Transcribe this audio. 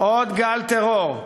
עוד גל טרור?